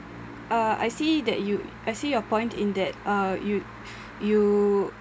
uh I see that you I see your point in that uh you you